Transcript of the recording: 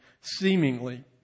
seemingly